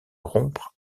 rompre